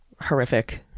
horrific